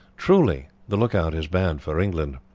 truly the look-out is bad for england.